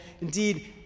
indeed